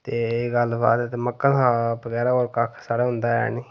ते एह् गल्लबात ते मक्कां बगैरा होर कक्ख साढ़े होंदा ऐ नीं